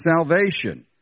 salvation